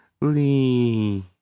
Lee